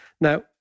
Now